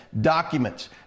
documents